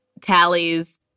tallies